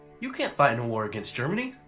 you can't find in a war against germany!